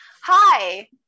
Hi